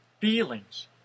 feelings